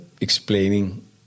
explaining